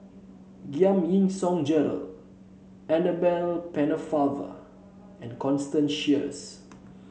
Giam Yean Song Gerald Annabel Pennefather and Constance Sheares